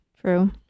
true